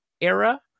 era